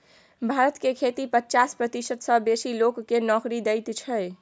भारत के खेती पचास प्रतिशत सँ बेसी लोक केँ नोकरी दैत छै